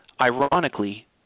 Ironically